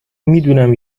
میدونم